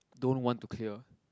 don't want to clear